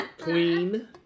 Queen